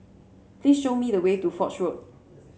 please show me the way to Foch Road